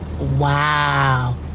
Wow